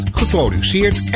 geproduceerd